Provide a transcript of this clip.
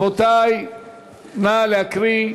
נא להקריא,